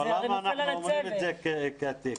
למה אנחנו אומרים את זה, קטי?